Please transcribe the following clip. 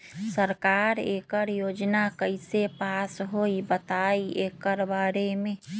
सरकार एकड़ योजना कईसे पास होई बताई एकर बारे मे?